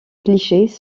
clichés